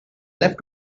left